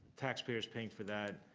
taxpayers paying for that,